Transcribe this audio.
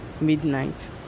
midnight